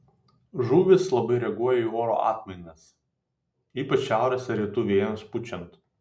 žuvys labai reaguoja į oro atmainas ypač šiaurės ar rytų vėjams pučiant